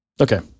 Okay